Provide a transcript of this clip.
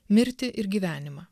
mirtį ir gyvenimą